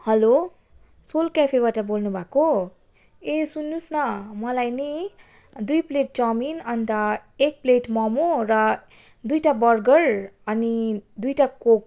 hello soul क्याफेबाट बोल्नु भएको ए सुन्नु होस् न मलाई नि दुई प्लेट चाउमिन अन्त एक प्लेट मम र दुइवटा बर्गर अनि दुइवटा कोक